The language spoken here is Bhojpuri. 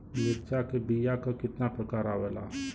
मिर्चा के बीया क कितना प्रकार आवेला?